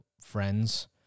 friends